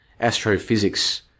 astrophysics